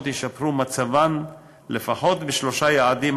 ישפרו את מצבן לפחות בשלושה יעדים,